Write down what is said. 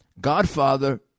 Godfather